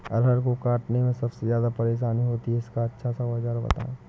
अरहर को काटने में सबसे ज्यादा परेशानी होती है इसका अच्छा सा औजार बताएं?